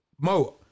Mo